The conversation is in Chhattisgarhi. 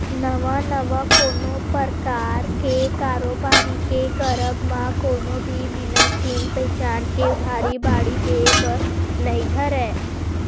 नवा नवा कोनो परकार के कारोबारी के करब म कोनो भी बिना चिन पहिचान के उधारी बाड़ही देय बर नइ धरय